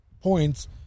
points